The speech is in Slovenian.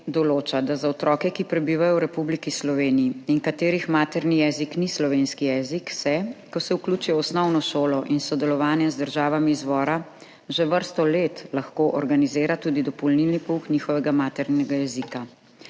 določa, da se za otroke, ki prebivajo v Republiki Sloveniji in katerih materni jezik ni slovenski jezik, ko se vključijo v osnovno šolo in sodelovanje z državami izvora, že vrsto let lahko organizira tudi dopolnilni pouk njihovega maternega jezika.